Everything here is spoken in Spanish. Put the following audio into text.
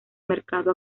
mercado